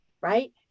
right